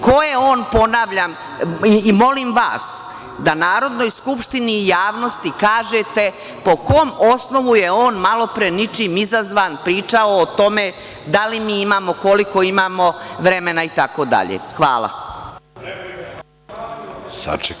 Ko je on, ponavljam, i molim vas da Narodnoj skupštini i javnosti kažete po kom osnovu je on malopre ničim izazvan pričao o tome da li mi imamo, koliko imamo vremena i tako dalje? (Zoran Živković: Replika.